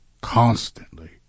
constantly